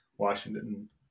Washington